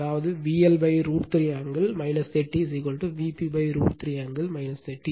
அதாவது VL √ 3 angle 30 Vp √ 3 angle 30o